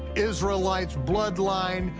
israelites, bloodline,